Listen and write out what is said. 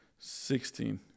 Sixteen